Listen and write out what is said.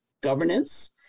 governance